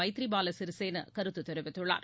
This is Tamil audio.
மைத்ரி பால சிறிசேனா கருத்து தெரிவித்துள்ளார்